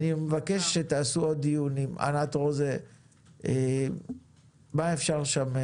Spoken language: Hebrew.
אני מבקש שתעשו עוד דיון עם ענת רוזה מה אפשר שם.